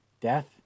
death